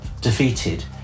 defeated